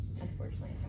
unfortunately